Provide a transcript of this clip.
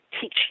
teach